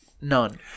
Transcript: None